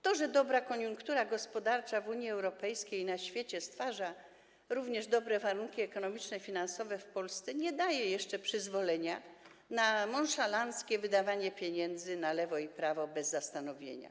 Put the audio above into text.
To, że dobra koniunktura gospodarcza w Unii Europejskiej i na świecie stwarza również dobre warunki ekonomiczne i finansowe w Polsce, nie daje jeszcze przyzwolenia na nonszalanckie wydawanie pieniędzy na lewo i prawo bez zastanowienia się.